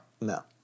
No